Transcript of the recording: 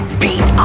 beat